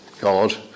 God